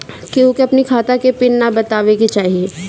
केहू के अपनी खाता के पिन नाइ बतावे के चाही